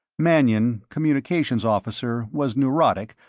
mannion, communications officer, was neurotic,